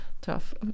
tough